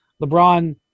LeBron